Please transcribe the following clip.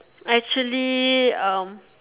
actually um